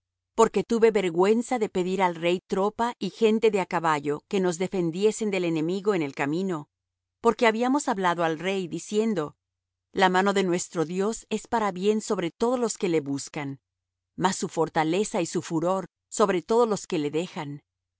porque tuve vergüenza de pedir al rey tropa y gente de á caballo que nos defendiesen del enemigo en el camino porque habíamos hablado al rey diciendo la mano de nuestro dios es para bien sobre todos los que le buscan mas su fortaleza y su furor sobre todos los que le dejan